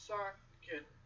Socket